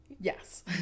Yes